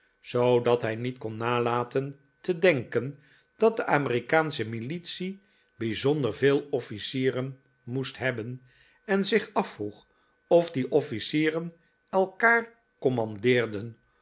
zoodat hij niet kon nalaten te denken dat de amerikaansche militie bijzonder veel officieren moest hebben en zich afvroeg of die officieren elkaar